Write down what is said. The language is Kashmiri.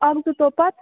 اکھ زٕ دۄہ پت